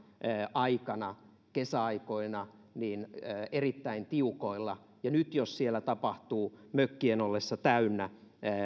aikana kesäaikoina erittäin tiukoilla ja nyt jos siellä mökkien ollessa täynnä tapahtuu